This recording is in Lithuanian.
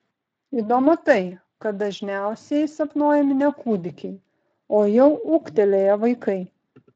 įdomu tai kad dažniausiai sapnuojami ne kūdikiai o jau ūgtelėję vaikai